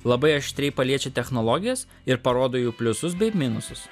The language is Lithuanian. labai aštriai paliečia technologijas ir parodo jų pliusus bei minusus